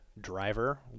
driver